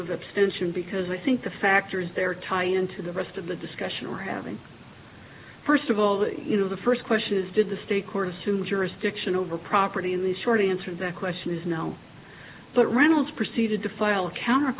abstention because i think the factors there tie into the rest of the discussion we're having first of all you know the first question is did the state court assume jurisdiction over property in the short answer that question is no but reynolds proceeded to file a counter